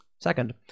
Second